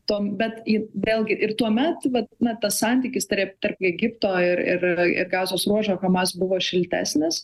tom bet į vėlgi ir tuomet vat na tas santykis tarp tarp egipto ir ir ir gazos ruožo hamas buvo šiltesnis